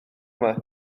yma